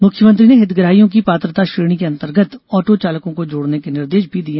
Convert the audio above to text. मुख्यमंत्री ने हितग्राहियों की पात्रता श्रेणी के अंतर्गत ऑटो चालकों को जोड़ने के निर्देश भी दिए